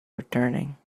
returning